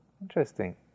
interesting